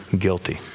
guilty